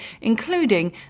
including